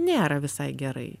nėra visai gerai